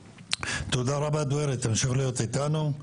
תודה רבה, דווירי, תמשיך להיות איתנו.